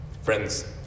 Friends